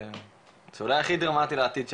זה אולי הכי דרמטי לעתיד שלנו,